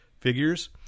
figures